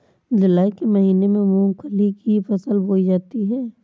जूलाई के महीने में मूंगफली की फसल बोई जाती है